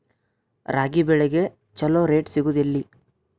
ರಾಗಿ ಬೆಳೆಗೆ ಛಲೋ ರೇಟ್ ಸಿಗುದ ಎಲ್ಲಿ?